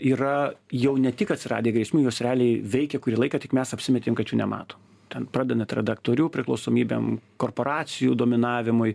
yra jau ne tik atsiradę grėsmių jos realiai veikia kurį laiką tik mes apsimetėm kad jų nematom ten pradedant redaktorių priklausomybėm korporacijų dominavimai